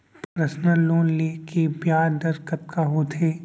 Personal loan ले के ब्याज दर कतका होथे?